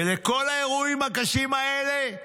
ולכל האירועים הקשים האלה,